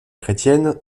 chrétienne